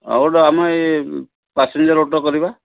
ହଁ ଗୋଟେ ଆମ ଇଏ ପାସେଞ୍ଜର୍ ଅଟୋ କରିବା